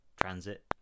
transit